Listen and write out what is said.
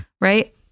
Right